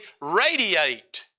radiate